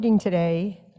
today